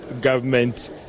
government